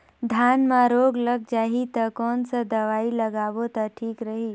धान म रोग लग जाही ता कोन सा दवाई लगाबो ता ठीक रही?